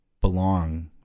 belong